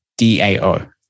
DAO